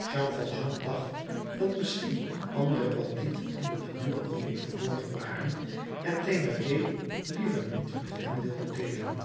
jean valjean dacht dat misschien andere bandieten in een naburigen hoek verborgen waren en thénardier liever niet met hen wilde deelen